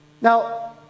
Now